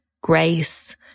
grace